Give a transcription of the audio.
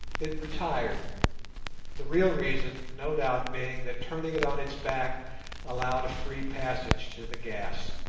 it retired the real reason no doubt being that turning it on its back allowed a free passage to the gas.